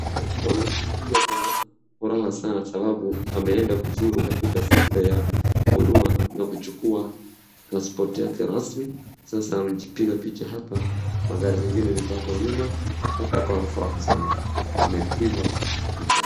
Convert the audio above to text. Mwananchi huyu akona furaha sana sababu ameenda kuzuru katika sekta ya huduma na kuchukua paspoti yake rasmi sasa amejipiga picha hapa magari zingine ziko hapo nyuma, akona furaha sana amepigwa picha.